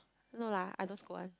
no lah I don't scold one